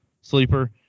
sleeper